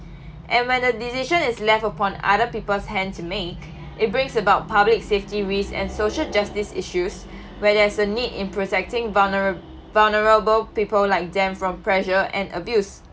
and when a decision is left upon other people's hand to make it brings about public safety risk and social justice issues where there is a need in protecting vulnerab~ vulnerable people like them from pressure and abuse